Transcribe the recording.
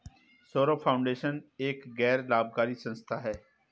Saurabh foundation एक गैर लाभकारी संस्था है